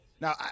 Now